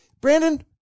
brandon